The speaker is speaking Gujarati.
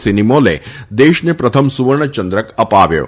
સીનીમોલે દેશને પ્રથમ સુવર્ણ ચંદ્રક અપાવ્યો હતો